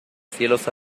cielos